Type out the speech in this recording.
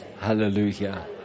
Hallelujah